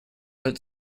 but